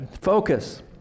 Focus